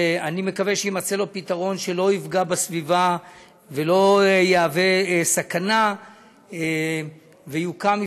שאני מקווה שיימצא לו פתרון שלא יפגע בסביבה ולא יהווה סכנה ויוקם מפעל,